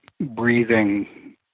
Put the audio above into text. breathing